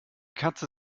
katze